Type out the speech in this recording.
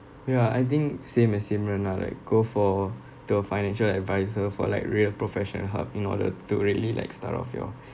ya I think same as simeon lah like go for the financial adviser for like real professional help in order to really like start off your